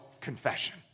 confession